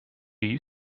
you